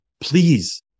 please